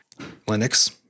linux